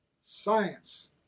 science